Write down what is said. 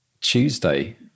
Tuesday